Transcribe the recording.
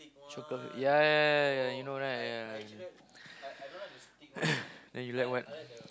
chocolate yeah yeah yeah yeah you know right yeah then you like what